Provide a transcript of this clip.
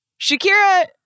Shakira